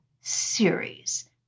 series